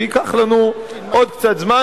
וייקח לנו עוד קצת זמן.